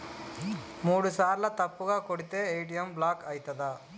మూడుసార్ల తప్పుగా కొడితే ఏ.టి.ఎమ్ బ్లాక్ ఐతదా?